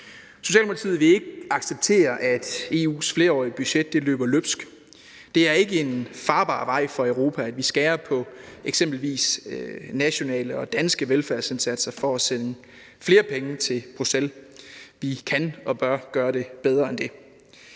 Socialdemokratiet vil ikke acceptere, at EU's flerårige budget løber løbsk. Det er ikke en farbar vej for Europa, at vi skærer på eksempelvis nationale og danske velfærdsindsatser for at sende flere penge til Bruxelles. Vi kan og bør gøre det bedre end det.